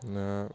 ना